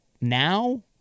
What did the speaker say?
now